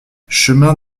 chemin